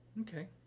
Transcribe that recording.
okay